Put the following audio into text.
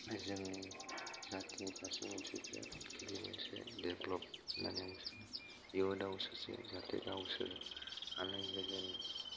जोंनि जातिनि फारसे मोनसे बेयो मोनसे डेभलप होननानै आं सानो इयुनाव सासे जाहाथे गावसोर आलो गोजोन